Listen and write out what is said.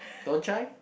don't try